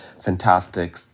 fantastic